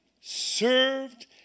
served